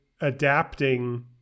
adapting